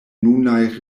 nunaj